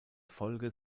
folge